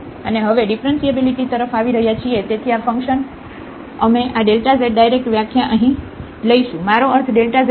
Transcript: અને હવે ડીફરન્શીએબીલીટી તરફ આવી રહ્યા છીએ તેથી આ ફંકશન તેથી અમે આ z ડાયરેક્ટ વ્યાખ્યા અહીં લઈશું મારો અર્થ z માટે છે